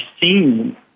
seen